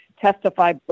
testify